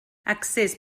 accés